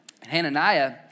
Hananiah